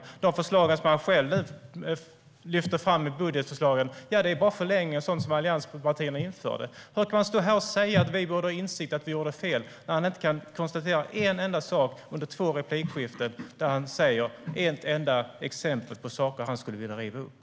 De budgetförslag som man själv nu lyfter fram är bara en förlängning av sådant som allianspartierna införde. Hur kan Jabar Amin stå här och säga att vi borde ha en insikt om att vi gjorde fel när han under två replikskiften inte kan ge ett enda exempel på sådant som han skulle vilja riva upp?